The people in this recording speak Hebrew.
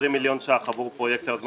20 מיליון שקלים חדשים עבור פרויקט היוזמה